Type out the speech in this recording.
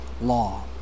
law